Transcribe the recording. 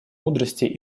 мудрости